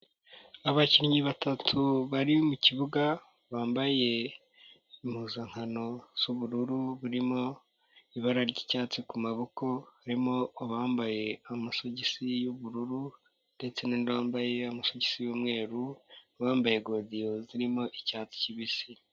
Abakinnyi batatu bari mu kibuga bambaye impuzankano z'ubururu burimo ibara ry'icyatsi ku maboko, harimo abambaye amasogisi y'ubururu ndetse wambaye amasogisi y'umweru, bambaye godiyo zirimo icyatsi kibisi.